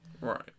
Right